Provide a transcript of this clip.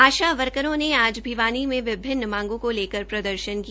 आशा वर्करों ने आज भिवानी में विभिन्न मांगों को लेकर प्रदर्शन किया